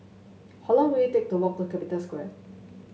how long will it take to walk to Capital Square